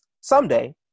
someday